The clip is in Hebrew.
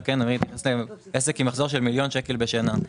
גם אני מתייחס לעסק עם מחזור של מיליון שקל בשנה.